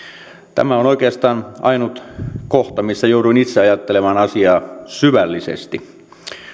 tämä on oikeastaan ainut kohta missä jouduin itse ajattelemaan asiaa syvällisesti